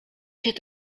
się